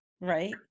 Right